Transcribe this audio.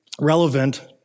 Relevant